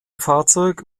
fahrzeug